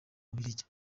bubiligi